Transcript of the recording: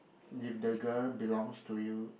if the girl belongs to you